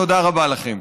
תודה רבה לכן.